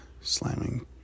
slamming